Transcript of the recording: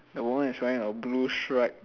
the woman is wearing a blue stripe